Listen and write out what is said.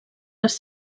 les